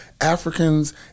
Africans